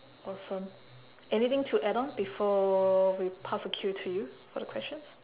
awesome anything to add on before we pass the cue to you for the questions